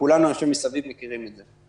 ואני חושב שכולנו מסביב מכירים את זה.